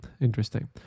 interesting